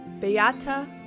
Beata